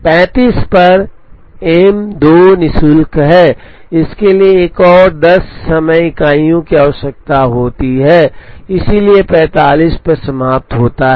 35 पर एम 2 नि शुल्क है इसके लिए एक और 10 समय इकाइयों की आवश्यकता होती है इसलिए 45 पर समाप्त होता है